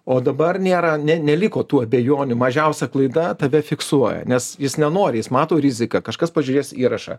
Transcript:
o dabar nėra ne neliko tų abejonių mažiausia klaida tave fiksuoja nes jis nenori jis mato riziką kažkas pažiūrės įrašą